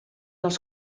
als